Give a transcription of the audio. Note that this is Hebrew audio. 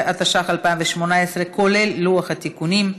13), התשע"ח 2018, כולל לוח התיקונים.